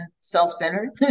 self-centered